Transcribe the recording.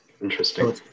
Interesting